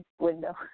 window